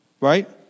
right